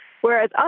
whereas